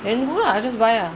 then good lah just buy lah